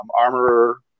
armorer